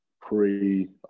pre